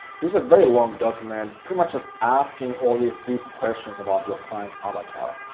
this is a very long document, pretty much just asking all these deep questions about your client avatar.